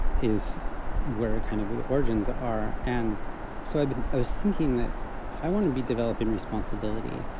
is where it kind of the origins are. and so i've been, i was thinking that if i want to be developing responsibility,